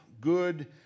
good